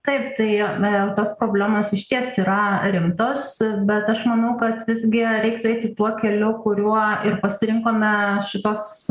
taip tai ne tos problemos išties yra rimtos bet aš manau kad visgi reiktų eiti tuo keliu kuriuo ir pasirinkome šituos